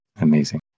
Amazing